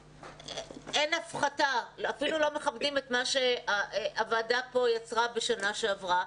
אין הפחתה אפילו לא מכבדים את מה שהוועדה פה יצרה בשנה שעברה.